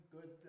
good